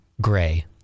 Gray